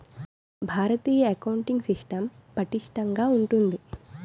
భారతీయ accounting system పటిష్టంగా ఉంటుంది